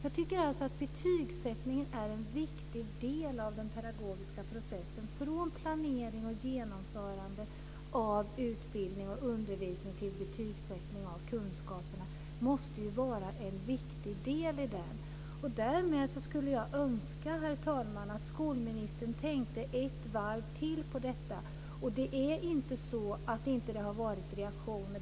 Betygssättningen är en viktig del av den pedagogiska processen, från planering, genomförande av utbildning och undervisning till betygssättning av kunskaperna. Herr talman! Jag skulle önska att skolministern tänkte ett varv till på detta. Det är inte så att det inte har kommit reaktioner.